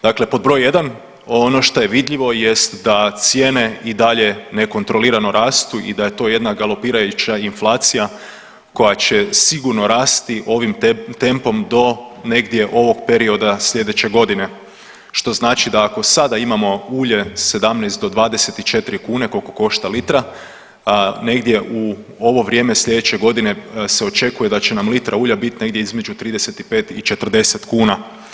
Dakle, pod broj jedan ono što je vidljivo jest da cijene i dalje nekontrolirano rastu i da je to jedna galopirajuća inflacija koja će sigurno rasti ovim tempom do negdje ovog perioda sljedeće godine, što znači da ako sada imamo ulje 17 do 24 kune koliko košta litra, negdje u ovo vrijeme sljedeće godine se očekuje da će nam litra ulja biti negdje između 35 i 40 kuna.